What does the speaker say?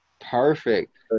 Perfect